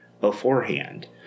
beforehand